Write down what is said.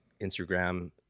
Instagram